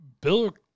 Bill